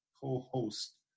co-host